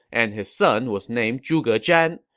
and his son was named zhuge zhan.